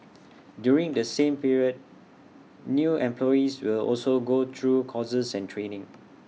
during the same period new employees will also go through courses and training